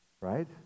right